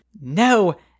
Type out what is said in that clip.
No